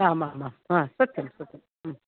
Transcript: आम् आम् आम् सत्यं सत्यम्